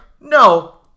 no